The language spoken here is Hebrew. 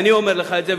אני אומר לך את זה,